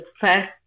first